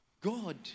God